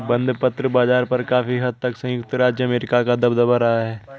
बंधपत्र बाज़ार पर काफी हद तक संयुक्त राज्य अमेरिका का दबदबा रहा है